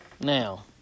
Now